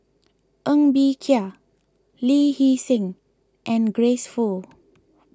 Ng Bee Kia Lee Hee Seng and Grace Fu